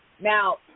Now